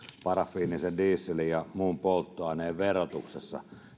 parafiinisen dieselin ja muun polttoaineen verotuksesta